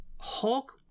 Hulk